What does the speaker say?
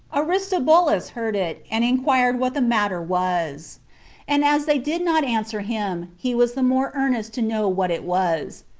aristobulus heard it, and inquired what the matter was and as they did not answer him, he was the more earnest to know what it was,